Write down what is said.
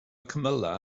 cymylau